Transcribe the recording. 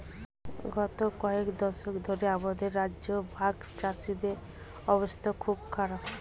গত কয়েক দশক ধরে আমাদের রাজ্যে ভাগচাষীদের অবস্থা খুবই খারাপ